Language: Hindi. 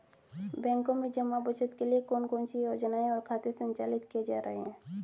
बैंकों में जमा बचत के लिए कौन कौन सी योजनाएं और खाते संचालित किए जा रहे हैं?